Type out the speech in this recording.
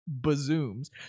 bazooms